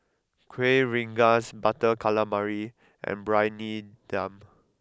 Kueh Rengas Butter Calamari and Briyani Dum